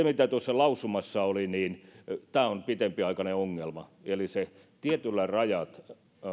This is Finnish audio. mitä tuossa lausumassa oli niin tämä on pitempiaikainen ongelma eli tietyllä tapaa rajat